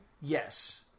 Yes